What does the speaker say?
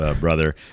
brother